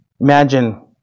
imagine